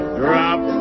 drop